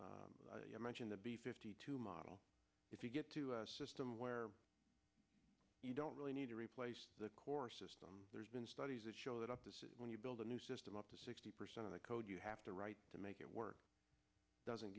i mention the b fifty two model if you get to a system where you don't really need to replace the core system there's been studies that show that up to when you build a new system up to sixty percent of the code you have to right to make it work doesn't